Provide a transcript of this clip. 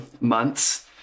months